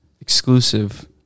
Exclusive